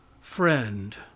friend